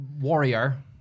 warrior